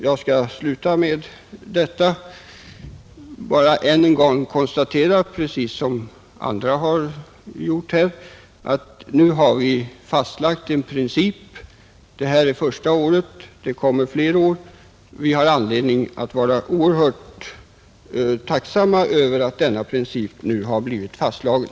Jag skall sluta med det anförda och vill bara än en gång konstatera, precis som andra talare har gjort, att vi nu har fastlagt en princip — det här är första året och det kommer fler år. Vi har anledning att vara oerhört tacksamma över att denna princip nu har blivit fastslagen.